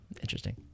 interesting